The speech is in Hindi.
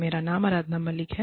मेरा नाम आराधना मलिक है